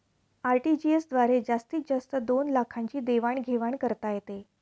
RTGS द्वारे जास्तीत जास्त दोन लाखांची देवाण घेवाण करता येते